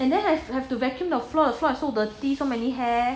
and then has have to vacuum the floor the floor so dirty so many hair